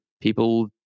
people